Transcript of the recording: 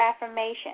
affirmation